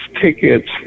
tickets